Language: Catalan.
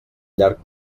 llarg